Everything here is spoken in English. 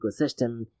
ecosystem